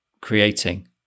creating